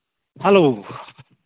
hello